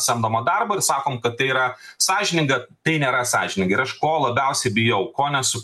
samdomą darbą ir sakom kad tai yra sąžininga tai nėra sąžininga ir aš ko labiausiai bijau ko nesu